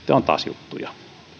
on taas juttuja